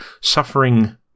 Suffering